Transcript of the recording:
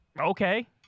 okay